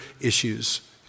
issues